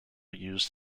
used